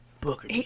Booker